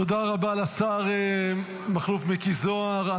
תודה רבה לשר מכלוף מיקי זוהר.